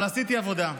אבל עשיתי עבודה,